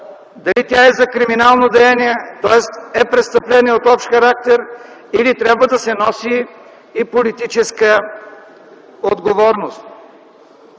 дали е за криминално деяние, тоест е престъпление от общ характер, или трябва да се носи и политическа отговорност?!